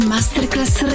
Masterclass